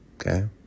Okay